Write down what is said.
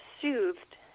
soothed